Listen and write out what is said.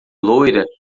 loira